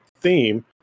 theme